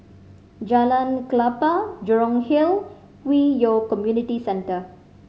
Jalan Klapa Jurong Hill Hwi Yoh Community Centre